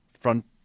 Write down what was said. front